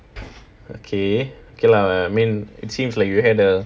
okay okay lah I mean it seems like you had a